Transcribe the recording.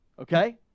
Okay